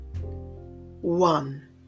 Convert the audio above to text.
One